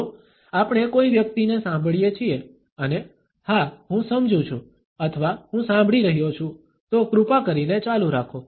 જો આપણે કોઈ વ્યક્તિને સાંભળીએ છીએ અને હા હું સમજું છું અથવા હું સાંભળી રહ્યો છું તો કૃપા કરીને ચાલુ રાખો